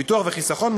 ביטוח וחיסכון,